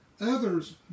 Others